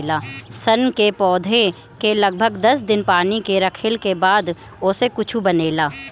सन के पौधा के लगभग दस दिन पानी में रखले के बाद ओसे कुछू बनेला